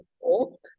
walk